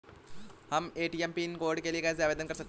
हम ATM pin code के लिए कैसे आवेदन कर सकते हैं?